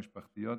המשפחתיות.